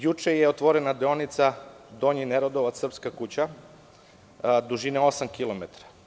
Juče je otvorena deonica Donji Neradovac–Srpska kuća dužine osam kilometara.